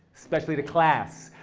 especially to class.